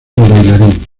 bailarín